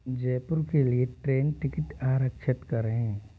जयपुर के लिए train ticket आरक्षित करें